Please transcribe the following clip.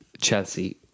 Chelsea